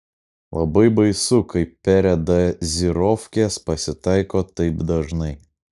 labai baisu kai peredazirofkės pasitaiko taip dažnai